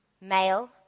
Male